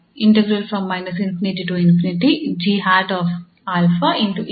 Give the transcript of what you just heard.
ಆದ್ದರಿಂದ 𝑔 𝑥 ಅಂದರೆ 𝑔̂ 𝛼